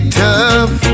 tough